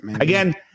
Again